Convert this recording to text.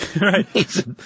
Right